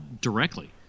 directly